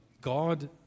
God